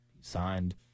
signed